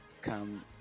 come